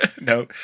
No